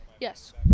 Yes